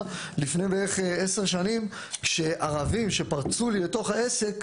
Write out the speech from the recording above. לפני בערך 10 שנים כשערבים שפרצו לי לתוך העסק